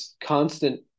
constant